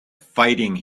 fighting